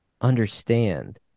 understand